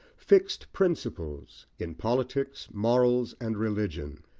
fixed principles in politics, morals, and religion,